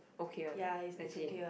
okay one ah legit